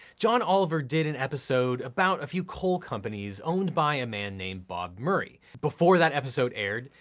john oliver did an episode about a few coal companies owned by a man named bob murray. before that episode aired,